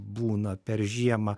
būna per žiemą